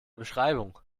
beschreibung